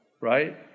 Right